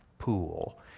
Pool